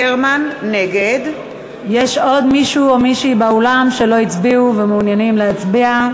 נגד יש עוד מישהו או מישהי באולם שלא הצביעו ומעוניינים להצביע?